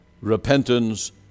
repentance